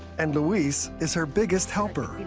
and luis is her biggest helper.